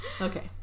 Okay